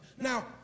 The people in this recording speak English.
Now